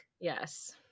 yes